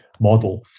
model